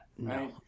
No